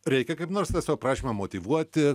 reikia kaip nors tą savo prašymą motyvuoti